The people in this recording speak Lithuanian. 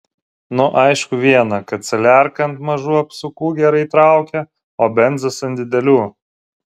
nu aišku viena kad saliarka ant mažų apsukų gerai traukia o benzas ant didelių